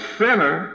sinner